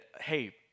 hey